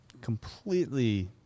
completely